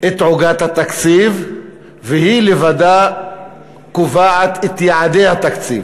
את עוגת התקציב והיא לבדה קובעת את יעדי התקציב.